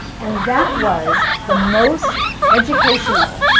and that was the most educational,